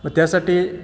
मग त्यासाठी